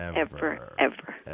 ever, ever.